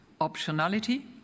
optionality